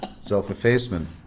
self-effacement